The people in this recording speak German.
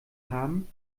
haben